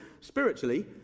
spiritually